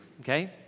okay